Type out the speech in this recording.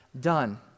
done